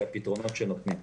היא הפתרונות שנותנים.